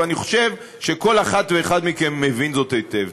ואני חושב שכל אחת ואחד מכם מבין זאת היטב.